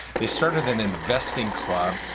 they started an investing club.